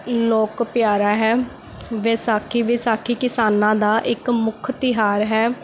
ਲੋਕ ਪਿਆਰਾ ਹੈ ਵਿਸਾਖੀ ਵਿਸਾਖੀ ਕਿਸਾਨਾਂ ਦਾ ਇੱਕ ਮੁੱਖ ਤਿਉਹਾਰ ਹੈ